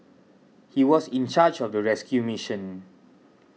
he was in charge of the rescue mission